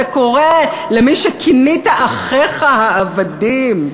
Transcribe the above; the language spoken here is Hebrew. אתה קורא למי שכינית אחיך העבדים,